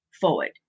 forward